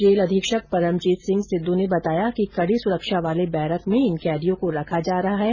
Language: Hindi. जेल अधीक्षक परमजीत सिंह सिद्ध ने बताया कि कड़ी सुरक्षा वाले बैरक में इन कैदियों को रखा जा रहा है